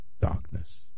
darkness